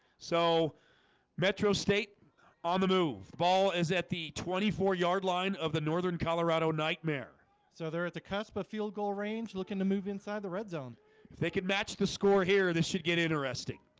so metro state on the move ball is at the twenty four yard line of the northern, colorado nightmare so they're at the cusp of field goal range looking to move inside the red zone if they could match the score here, this should get interesting